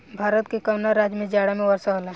भारत के कवना राज्य में जाड़ा में वर्षा होला?